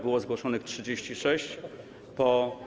Było zgłoszonych 36 poprawek.